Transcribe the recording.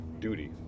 duty